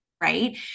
right